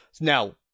Now